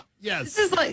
Yes